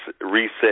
reset